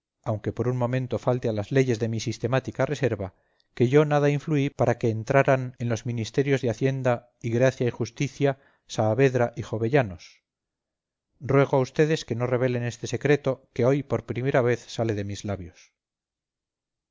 aunque por un momento falte a las leyes de mi sistemática reserva que yo nada influí para que entraran en los ministerios de hacienda y gracia y justicia saavedra y jovellanos ruego a vds que no revelen este secreto que hoy por primera vez sale de mis labios